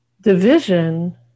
division